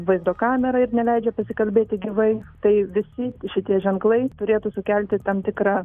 vaizdo kamera ir neleidžia pasikalbėti gyvai tai visi šitie ženklai turėtų sukelti tam tikrą